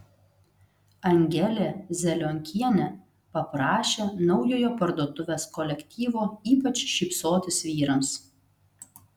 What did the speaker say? angelė zelionkienė paprašė naujojo parduotuvės kolektyvo ypač šypsotis vyrams